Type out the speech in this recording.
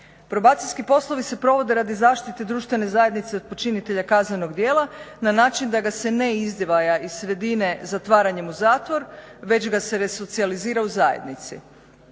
Probacijski poslovi se provode radi zaštite društvene zajednice od počinitelja kaznenog djela na način da ga se ne izdvaja iz sredine zatvaranjem u zatvor već ga se resocijalizira u zajednici.